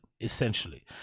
essentially